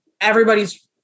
everybody's